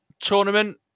tournament